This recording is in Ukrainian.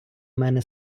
мене